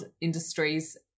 industries